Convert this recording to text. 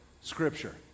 scripture